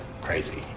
crazy